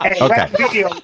Okay